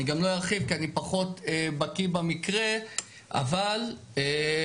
אני גם לא ארחיב כי אני פחות בקיא במקרה, אבל ברקע